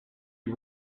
you